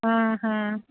हम्म हम्म